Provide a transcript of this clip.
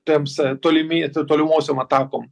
tiems tolimi to tolimosiom atakom